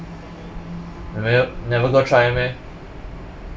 never never go try meh